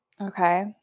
Okay